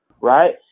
right